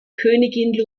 königin